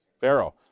Pharaoh